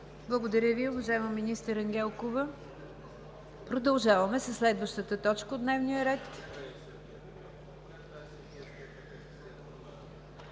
Благодаря Ви, уважаема министър Ангелкова. Продължаваме със следващата точка от дневния ред: